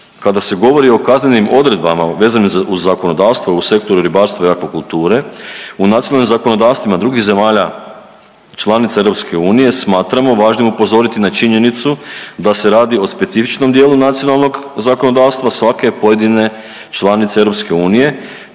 Kada se govori o kaznenim odredbama vezanim uz zakonodavstvo u sektoru ribarstva i akvakulture, u nacionalnim zakonodavstvima drugih zemalja članica EU smatramo važnim upozoriti na činjenicu da se radi o specifičnom dijelu nacionalnog zakonodavstva svake pojedine članice EU